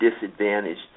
disadvantaged